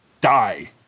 die